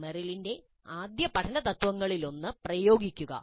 മെറിലിന്റെ ആദ്യ പഠന തത്വങ്ങളിലൊന്നാണ് പ്രയോഗിക്കുക